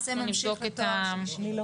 למעשה ממשיך לתואר שלישי.